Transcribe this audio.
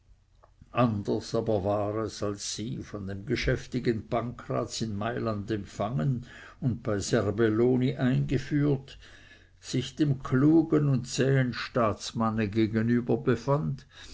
anders aber war es als sie von dem geschäftigen pancraz in malland empfangen und bei serbelloni eingeführt sich dem klugen und zähen staatsmanne gegenüber befand